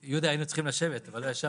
יהודה, היינו צריכים לשבת, אבל לא ישבנו.